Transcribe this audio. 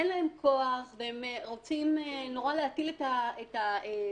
אין להם כוח והם רוצים נורא להטיל את הסמכויות